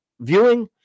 viewing